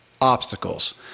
obstacles